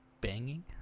banging